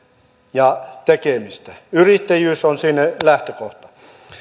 ja tekemistä yrittäjyys on siinä lähtökohta